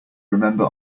remember